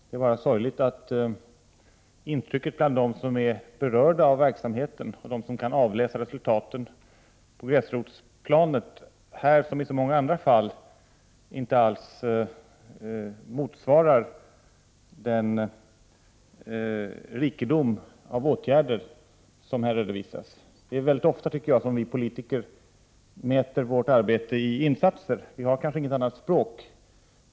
Det är bara sorgligt att intrycket bland dem som är berörda av verksamheten och bland dem som kan avläsa resultatet på gräsrotsplanet, här liksom i så många andra sammanhang, inte alls motsvarar den rikedom av åtgärder som socialministern redovisar. Väldigt ofta mäter vi politiker vårt arbete i insatser. Vi har kanske inget annat språk.